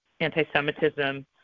anti-Semitism